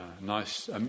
nice